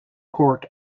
court